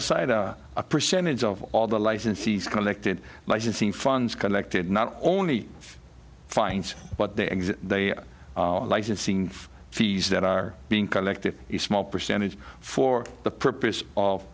aside a percentage of all the licensees collected licensing funds collected not only fines but the exit licensing fees that are being collected the small percentage for the purpose of